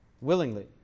willingly